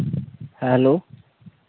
hello